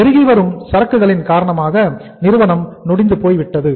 பெருகிவரும் சரக்குகளின் காரணமாக நிறுவனம் நொடிந்து போய்விட்டது